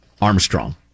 Armstrong